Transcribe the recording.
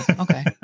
Okay